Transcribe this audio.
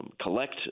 collect